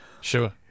Sure